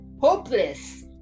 hopeless